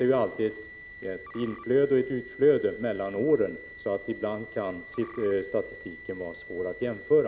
Det är ett inflöde och ett utflöde mellan åren, så statistiken kan därför ibland vara svår att jämföra.